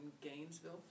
Gainesville